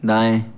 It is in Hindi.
दाएँ